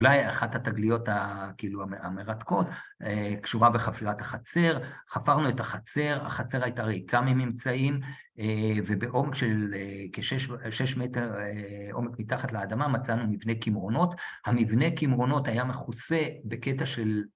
‫אולי אחת התגליות המרתקות, ‫קשורה בחפירת החצר. ‫חפרנו את החצר, ‫החצר הייתה ריקה מממצאים, ‫ובעומק של כ-6 מטר עומק מתחת לאדמה ‫מצאנו מבנה קמרונות. ‫המבנה קמרונות היה מכוסה ‫בקטע של...